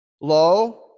low